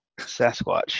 Sasquatch